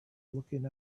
looking